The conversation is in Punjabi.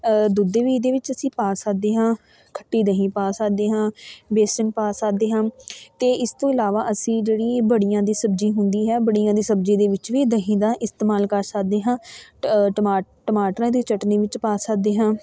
ਦੁੱਧ ਵੀ ਇਹਦੇ ਵਿੱਚ ਅਸੀਂ ਪਾ ਸਕਦੇ ਹਾਂ ਖੱਟੀ ਦਹੀਂ ਪਾ ਸਕਦੇ ਹਾਂ ਬੇਸਣ ਪਾ ਸਕਦੇ ਹਾਂ ਅਤੇ ਇਸ ਤੋਂ ਇਲਾਵਾ ਅਸੀਂ ਜਿਹੜੀ ਬੜੀਆਂ ਦੀ ਸਬਜ਼ੀ ਹੁੰਦੀ ਹੈ ਬੜੀਆਂ ਦੀ ਸਬਜ਼ੀ ਦੇ ਵਿੱਚ ਵੀ ਦਹੀਂ ਦਾ ਇਸਤੇਮਾਲ ਕਰ ਸਕਦੇ ਹਾਂ ਟਮਾ ਟਮਾਟਰ ਇਹਦੀ ਚਟਨੀ ਵਿੱਚ ਪਾ ਸਕਦੇ ਹਾਂ